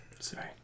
sorry